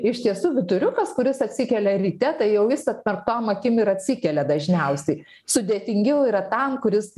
iš tiesų vyturiukas kuris atsikelia ryte tai jau jis atmerktom akim ir atsikelia dažniausiai sudėtingiau yra tam kuris